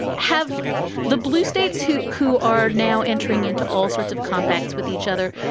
have ah the blue states who who are now entering into all sorts of compacts with each other.